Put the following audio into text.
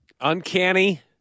Uncanny